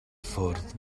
ffwrdd